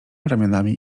ramionami